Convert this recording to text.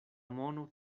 mono